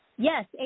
Yes